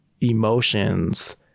emotions